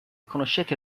conoscete